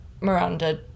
Miranda